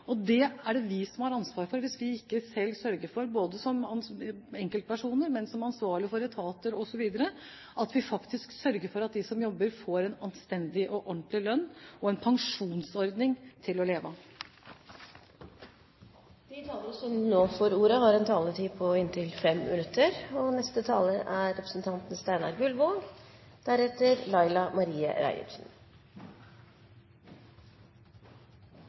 Og det er det vi som har ansvaret for, hvis vi ikke sørger for – både som enkeltpersoner og som ansvarlige for etater osv. – at de som jobber, får en anstendig og ordentlig lønn og en pensjonsordning til å leve av. På et seminar om forholdene i renholdsbransjen, som ble arrangert av NHO Service og